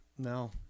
No